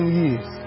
years